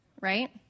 right